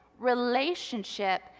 relationship